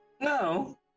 No